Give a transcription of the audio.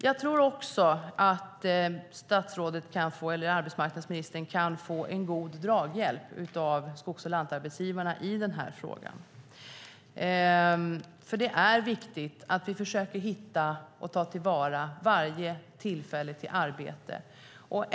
Jag tror också att arbetsmarknadsministern kan få god draghjälp av skogs och lantarbetsgivarna i den här frågan, för det är viktigt att vi försöker hitta och ta till vara varje tillfälle till arbete.